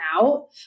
out